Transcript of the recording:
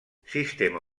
sistema